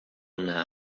now